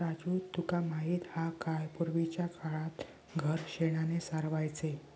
राजू तुका माहित हा काय, पूर्वीच्या काळात घर शेणानं सारवायचे